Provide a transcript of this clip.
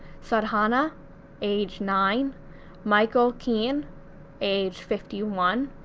sadhana age nine michael keene age fifty one,